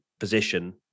position